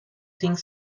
think